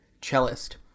cellist